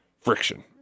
friction